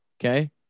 Okay